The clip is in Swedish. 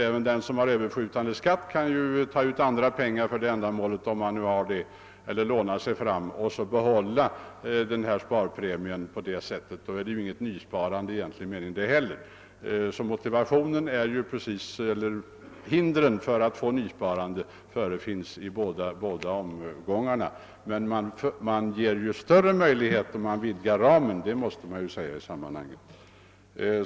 även den som har överskjutande skatt kan ta ut andra pengar för det ändamålet, om han har sådana eller låna sig fram, och på det sättet behålla denna sparpremie. Då är inte heller detta något nysparande i egentlig mening. Hindren för att få nysparande förefinns alltså i båda fallen, men man måste ju i sammanhanget säga att man ger större möjligheter om man vidgar ramen.